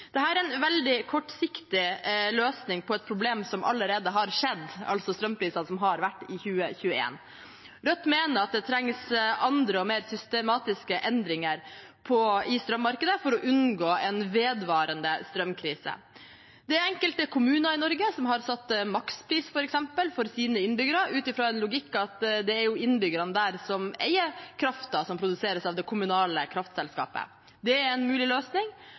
er en veldig kortsiktig løsning på et problem som allerede har skjedd, altså strømpriser som har vært i 2021. Rødt mener at det trengs andre og mer systematiske endringer i strømmarkedet for å unngå en vedvarende strømkrise. Enkelte kommuner i Norge har f.eks. satt en makspris for sine innbyggere, ut fra en logikk om at det jo er innbyggerne der som eier kraften som produseres av det kommunale kraftselskapet. Det er en mulig løsning.